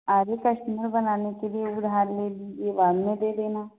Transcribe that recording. आगे कस्टमर बनाने के लिए उधार ले लीजिए बाद मे दे देना